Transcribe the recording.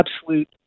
absolute